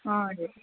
हजुर